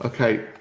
Okay